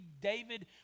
David